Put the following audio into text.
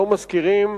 שלא שוכרים,